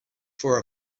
for